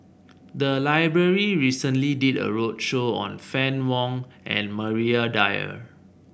the library recently did a roadshow on Fann Wong and Maria Dyer